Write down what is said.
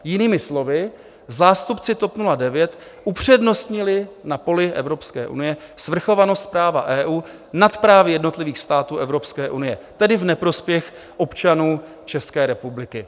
Jinými slovy, zástupci TOP 09 upřednostnili na poli Evropské unie svrchovanost práva EU nad právy jednotlivých států Evropské unie, tedy v neprospěch občanů České republiky.